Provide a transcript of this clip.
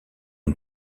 une